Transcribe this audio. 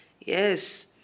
Yes